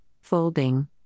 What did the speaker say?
Folding